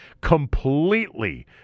completely